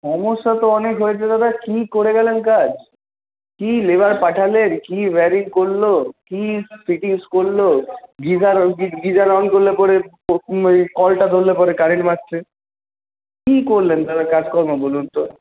সমস্যা তো অনেক হয়েছে দাদা কি করে গেলেন কাজ কি লেবার পাঠালেন কি ওয়েরিং করলো কি ফিটিংস করলো গিজার গিজার অন করলে পরে কলটা ধরলে পরে কারেন্ট মারছে কি করলেন তাহলে কাজকর্ম বলুন তো